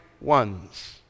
ones